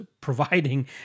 providing